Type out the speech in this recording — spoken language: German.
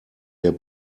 der